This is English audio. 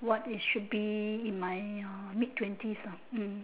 what it should be in my uh mid twenties lah hmm